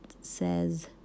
says